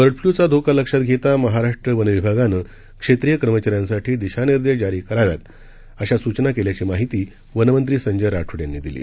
देशात बर्डफ्ल्यूचा धोका लक्षात घेता महाराष्ट्र वनविभागानं क्षेत्रीय कर्मचाऱ्यांसाठी दिशानिर्देश जारी कराव्यात अशा सूचना केल्याची माहिती वनमंत्री संजय राठोड यांनी दिली